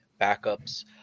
backups